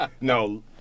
no